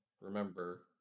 remember